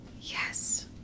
Yes